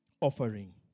offering